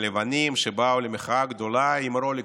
הלבנים, שבאו למחאה הגדולה עם רולקסים.